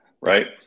right